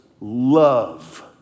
love